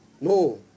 No